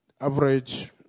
Average